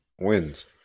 wins